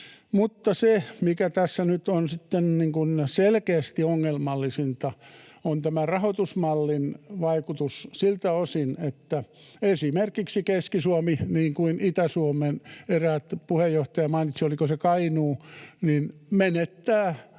se, mikä tässä nyt on sitten selkeästi ongelmallisinta, on tämä rahoitusmallin vaikutus siltä osin, että esimerkiksi Keski-Suomi, Itä-Suomi — ja se, minkä puheenjohtaja mainitsi, oliko se Kainuu — menettävät